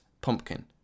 pumpkin